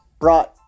brought